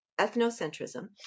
ethnocentrism